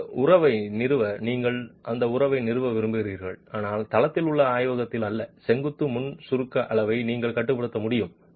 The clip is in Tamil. அந்த உறவை நிறுவ நீங்கள் அந்த உறவை நிறுவ விரும்புகிறீர்கள் ஆனால் தளத்தில் உள்ள ஆய்வகத்தில் அல்ல செங்குத்து முன் சுருக்க அளவை நீங்கள் கட்டுப்படுத்த முடியும்